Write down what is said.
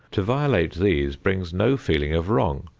to violate these brings no feeling of wrong,